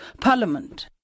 Parliament